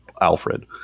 Alfred